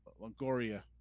longoria